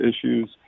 issues